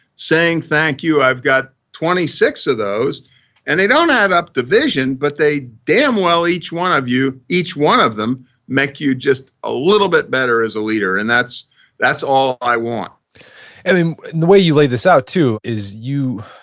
saying thank you, i've got twenty six of those and they don't add up division, but they damn well each one of you, each one of them make you just a little bit better as a leader. and that's that's all i want and and the way you lay this out too is you,